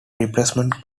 replacement